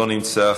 לא נמצא,